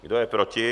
Kdo je proti?